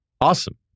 Awesome